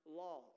law